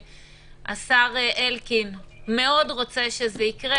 השר אלקין מאוד רוצה שזה יקרה.